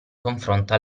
confronto